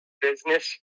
business